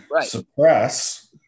suppress